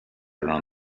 around